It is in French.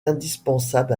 indispensable